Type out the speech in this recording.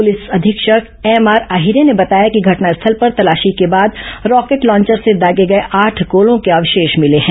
police अधीक्षक M R Ahire ने बताया कि घटनास्थल पर तलाशी के बाद रॉकेट लॉन्चर से दागे गए आठ गोलों के अवशेष मिले हैं